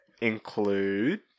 include